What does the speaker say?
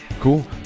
cool